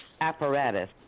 apparatus